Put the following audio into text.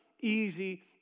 easy